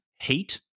Heat